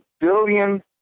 billion